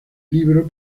libro